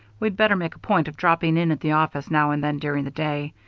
we'd better make a point of dropping in at the office now and then during the day.